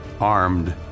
armed